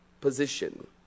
position